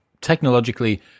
technologically